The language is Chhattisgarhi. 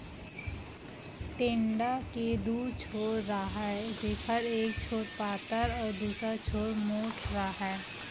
टेंड़ा के दू छोर राहय जेखर एक छोर पातर अउ दूसर छोर मोंठ राहय